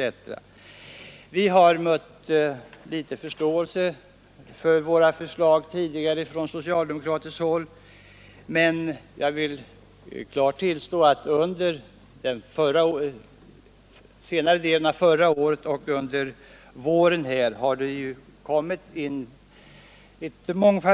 Vi har tidigare mött liten förståelse för våra tankegångar på socialdemokratiskt håll, men jag vill klart tillstå att det under den senare delen av förra året och under våren har framlagts